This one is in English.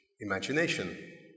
imagination